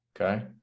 okay